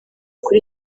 kuri